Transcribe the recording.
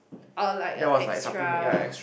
or like a extra